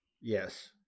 Yes